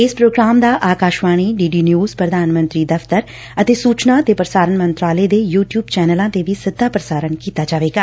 ਇਸ ਪ੍ਰੋਗਰਾਮ ਦਾ Akashvani D D news ਪ੍ਰਧਾਨ ਮੰਤਰੀ ਦਫ਼ਤਰ ਅਤੇ ਸੁਚਨਾ ਅਤੇ ਪ੍ਰਸਾਰਣ ਮੰਤਰਾਲੇ ਦੇ ਯੁ ਟਿਉਬ ਚੈਨਲਾਂ ਤੇ ਵੀ ਸਿੱਧਾ ਪ੍ਸਾਰਣ ਕੀਤਾ ਜਾਵੇਗਾ